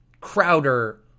Crowder